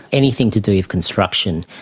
anything to do with construction.